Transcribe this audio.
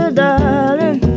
darling